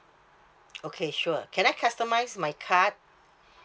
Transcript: okay sure can I customise my card